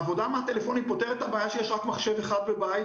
העבודה מהטלפונים פותרת את הבעיה שיש רק מחשב אחד בבית,